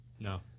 No